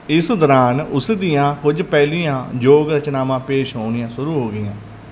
ਇਸ ਦੌਰਾਨ ਉਸ ਦੀਆਂ ਕੁਝ ਪਹਿਲੀਆਂ ਯੋਗ ਰਚਨਾਵਾਂ ਪੇਸ਼ ਹੋਣੀਆਂ ਸ਼ੁਰੂ ਹੋ ਗਈਆਂ